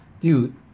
dude